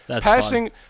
Passing